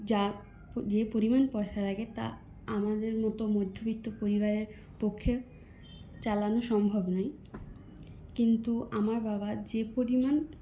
যা যে পরিমাণ পয়সা লাগে তা আমাদের মতো মধ্যবিত্ত পরিবারের পক্ষে চালানো সম্ভব নয় কিন্তু আমার বাবা যে পরিমাণ